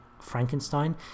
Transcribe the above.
Frankenstein